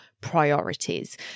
priorities